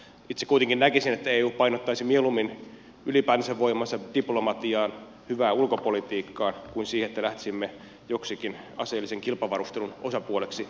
itse kuitenkin näkisin että eu suuntaisi mieluummin voimansa diplomatiaan hyvään ulkopolitiikkaan kuin siihen että lähtisimme joksikin aseellisen kilpavarustelun osapuoleksi euroopassa